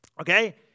Okay